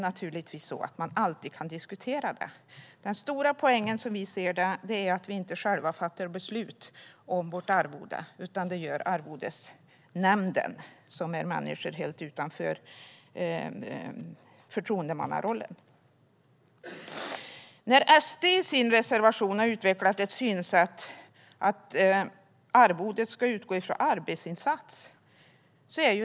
Man kan alltid diskutera det. Den stora poängen är som vi ser det att vi inte själva fattar beslut om vårt arvode. Det gör arvodesnämnden, som består av människor helt utanför förtroendemannarollen. SD har i sin reservation utvecklat ett synsätt att arvodet ska utgå från arbetsinsats.